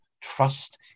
trust